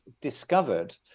discovered